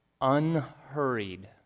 unhurried